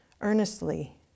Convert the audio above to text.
earnestly